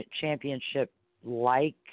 championship-like